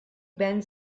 ben